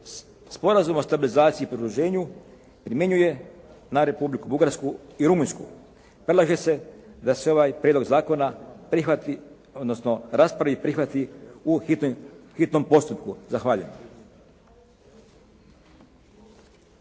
Sporazum o stabilizaciji i pridruženju primjenjuje na Republiku Bugarsku i Rumunjsku. Predlaže se da se ovaj prijedlog zakona prihvati, odnosno raspravi i prihvati u hitnom postupku. Zahvaljujem.